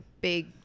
big